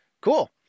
Cool